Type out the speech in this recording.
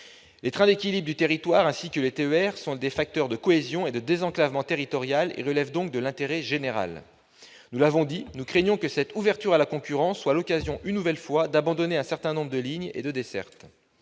et j'en passe. Les TET ainsi que les TER sont des facteurs de cohésion et de désenclavement territorial. Ils relèvent donc de l'intérêt général. Nous l'avons dit, nous craignons que cette ouverture à la concurrence ne soit l'occasion, une nouvelle fois, d'abandonner un certain nombre de lignes et de dessertes.